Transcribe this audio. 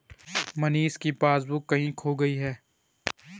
मनीष की पासबुक कहीं खो गई है